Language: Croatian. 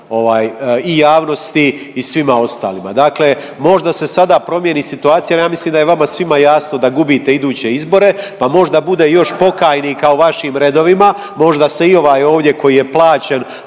i javnosti i svima ostalima. Dakle, možda se sada promijeni situacija. Ja mislim da je vama svima jasno da gubite iduće izbore, pa možda bude još pokajnika u vašim redovima. Možda se i ovaj ovdje koji je plaćen